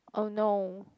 !oh no!